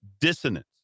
dissonance